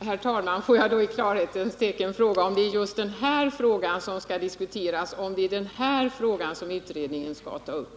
Herr talman! Får jag då i klarhetens tecken fråga om det är just den här frågan som skall diskuteras, om det är den här frågan utredningen skall ta upp.